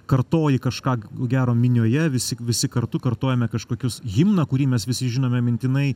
kartoji kažką gero minioje visi visi kartu kartojame kažkokius himną kurį mes visi žinome mintinai